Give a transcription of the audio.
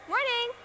Morning